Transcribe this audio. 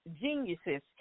geniuses